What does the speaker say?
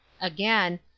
Again